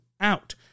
out